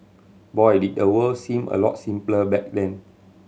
boy did the world seem a lot simpler back then